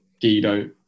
Guido